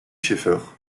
scheffer